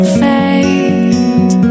fade